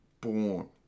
born